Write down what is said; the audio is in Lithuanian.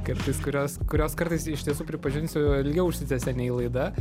kartais kurios kurios kartais iš tiesų pripažinsiu ilgiau užsitęsia nei laida